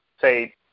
say